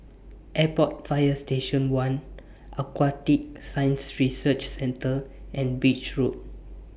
Airport Fire Station one Aquatic Science Research Centre and Beach Road